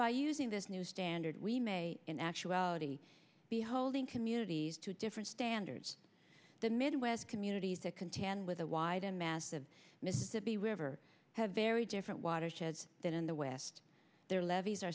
by using this new standard we may in actuality be holding communities to a different standard the midwest communities that contend with a wide and massive mississippi river have very different watersheds that in the west there levees are